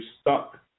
stuck